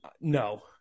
no